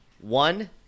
one